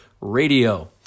Radio